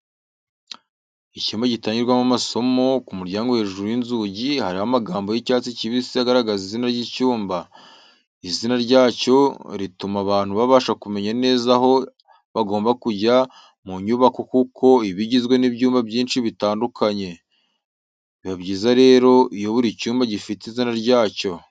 Icyumba gitangirwamo amasomo, ku muryango hejuru y’inzugi hariho amagambo y'icyatsi kibisi agaragaza izina ry'icyumba. Izina ryacyo rituma abantu babasha kumenya neza aho bagomba kujya mu nyubako kuko iba igizwe n’ibyumba byinshi bitandukanye. Biba byiza rero iyo buri cyumba gifite izina ryacyo.